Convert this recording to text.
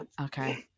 Okay